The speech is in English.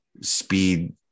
speed